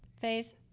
phase